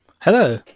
Hello